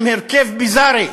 עם הרכב ביזארי.